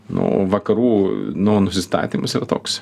nu vakarų nu nusistatymas yra toks